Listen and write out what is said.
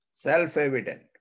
self-evident